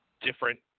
different